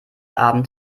abend